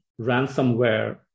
ransomware